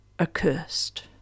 accursed